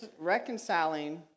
reconciling